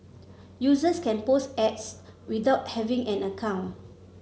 users can post ads without having an account